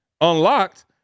unlocked